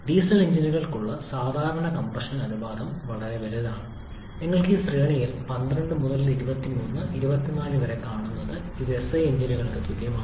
diesel എഞ്ചിനുകൾക്കുള്ള സാധാരണ compression അനുപാതം വളരെ വലുതാണ് നിങ്ങൾക്ക് ഈ ശ്രേണിയിൽ 12 മുതൽ 23 24 വരെയാണ് കാണുന്നത് ഇത് എസ്ഐ എഞ്ചിനുകൾക്ക് തുല്യമാണ്